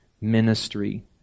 ministry